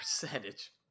percentage